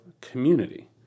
community